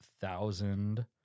thousand